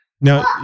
now